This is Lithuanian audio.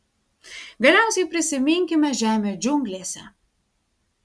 galiausiai prisiminkime žemę džiunglėse